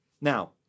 now